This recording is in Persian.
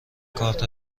کارت